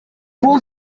бул